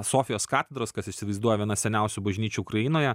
sofijos katedros kas įsivaizduoji viena seniausių bažnyčių ukrainoje